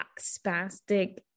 spastic